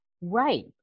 Right